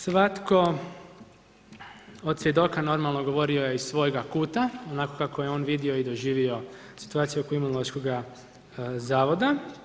Svatko od svjedoka normalno govorio je iz svojega kuta, onako kako je on vidio i doživio situaciju oko Imunološkog zavoda.